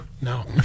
No